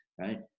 right